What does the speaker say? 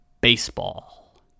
baseball